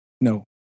No